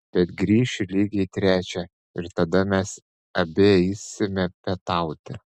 bet grįšiu lygiai trečią ir tada mes abi eisime pietauti